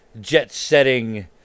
jet-setting